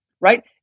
right